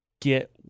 get